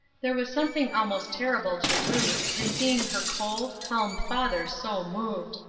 there was something almost terrible to ruth, in seeing her cold, calm father so moved.